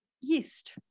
yeast